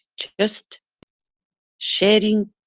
just sharing,